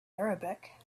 arabic